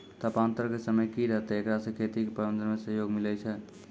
तापान्तर के समय की रहतै एकरा से खेती के प्रबंधन मे सहयोग मिलैय छैय?